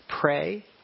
pray